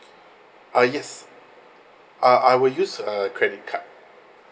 uh yes uh I will use uh credit card